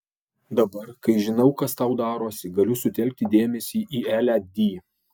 dabar kai žinau kas tau darosi galiu sutelkti dėmesį į elę d